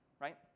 right